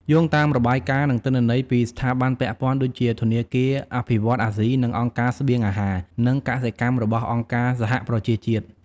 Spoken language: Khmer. យោងតាមរបាយការណ៍ និងទិន្នន័យពីស្ថាប័នពាក់ព័ន្ធ ដូចជាធនាគារអភិវឌ្ឍន៍អាស៊ី និងអង្គការស្បៀងអាហារ និងកសិកម្មរបស់អង្គការសហប្រជាជាតិ។